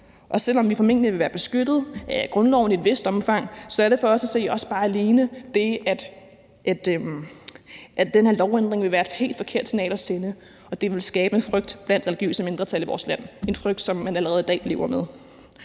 Og selv om vi formentlig vil være beskyttet af grundloven i et vist omfang, er der for os at se også det, at den her lovændring vil være et helt forkert signal at sende, og at den vil skabe en frygt blandt religiøse mindretal i vores land – en frygt, som man allerede i dag lever med.